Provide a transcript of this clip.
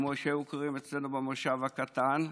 כמו שהיו קוראים אצלנו במושב הקטן,